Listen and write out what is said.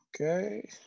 Okay